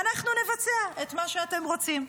ואנחנו נבצע את מה שאתם רוצים.